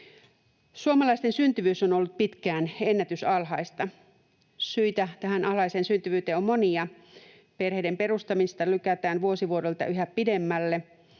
Suomalaisten syntyvyys on ollut pitkään ennätysalhaista. Syitä tähän alhaiseen syntyvyyteen on monia. Perheiden perustamista lykätään vuosi vuodelta yhä pidemmälle,